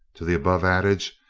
to the above adage,